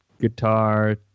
guitar